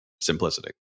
simplicity